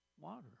water